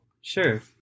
Sure